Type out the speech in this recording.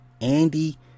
Andy